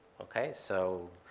okay? so,